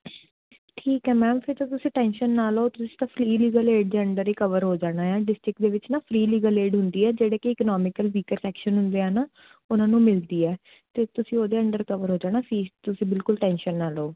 ਠੀਕ ਹੈ ਮੈਮ ਫਿਰ ਤਾਂ ਤੁਸੀਂ ਟੈਨਸ਼ਨ ਨਾ ਲਉ ਤੁਸੀਂ ਤਾਂ ਫਰੀ ਲੀਗਲ ਏਡ ਦੇ ਅੰਡਰ ਹੀ ਕਵਰ ਹੋ ਜਾਣਾ ਆ ਡਿਸਟਿਕ ਦੇ ਵਿੱਚ ਨਾ ਲੀਗਲ ਏਡ ਹੁੰਦੀ ਹੈ ਜਿਹੜੇ ਕਿ ਇੰਕਨੋਮੀਕਲ ਵੀਕਰ ਸੈਕਸ਼ਨ ਹੁੰਦੇ ਆ ਨਾ ਉਹਨਾਂ ਨੂੰ ਮਿਲਦੀ ਹੈ ਅਤੇ ਤੁਸੀਂ ਉਹਦੇ ਅੰਡਰ ਕਵਰ ਹੋ ਜਾਣਾ ਫੀਸ ਤੁਸੀਂ ਬਿਲਕੁਲ ਟੈਨਸ਼ਨ ਨਾ ਲਉ